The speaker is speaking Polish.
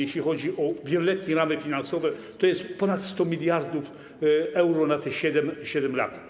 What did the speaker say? Jeśli chodzi o wieloletnie ramy finansowe, to jest ponad 100 mld euro na te 7 lat.